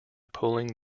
pulling